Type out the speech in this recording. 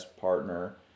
partner